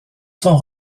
son